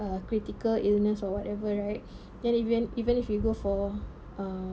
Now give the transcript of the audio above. a critical illness or whatever right then even even if you go for a